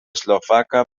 slovaka